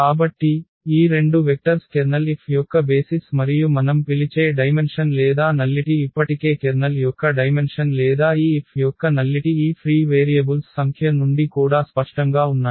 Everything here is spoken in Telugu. కాబట్టి ఈ రెండు వెక్టర్స్ కెర్నల్ F యొక్క బేసిస్ మరియు మనం పిలిచే డైమెన్షన్ లేదా నల్లిటి ఇప్పటికే కెర్నల్ యొక్క డైమెన్షన్ లేదా ఈ F యొక్క నల్లిటి ఈ ఫ్రీ వేరియబుల్స్ సంఖ్య నుండి కూడా స్పష్టంగా ఉన్నాయి